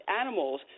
Animals